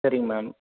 சரிங்க மேம்